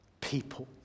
people